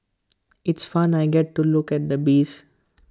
it's fun I get to look at the bees